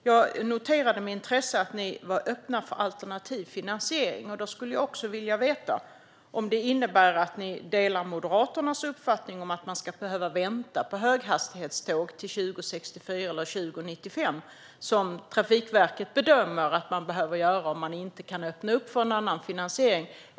Jag noterade med intresse att ni är öppna för alternativ finansiering, och då skulle jag vilja veta om det innebär att ni delar Moderaternas uppfattning om att man ska behöva vänta på höghastighetståg till 2064 eller 2095, som Trafikverket bedömer att man behöver göra om man inte kan öppna för en annan finansiering.